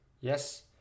yes